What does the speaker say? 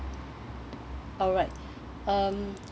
alright um